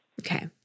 Okay